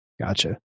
gotcha